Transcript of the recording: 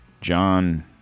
John